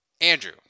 Andrew